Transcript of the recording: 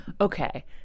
okay